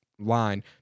line